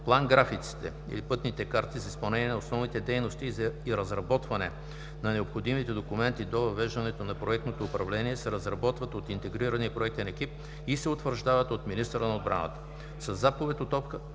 План-графиците/Пътните карти за изпълнение на основните дейности и за разработване на необходимите документи до въвеждане на проектното управление се разработват от Интегрирания проектен екип и се утвърждават от министъра на отбраната. Със Заповед №